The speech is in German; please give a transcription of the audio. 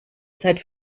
seit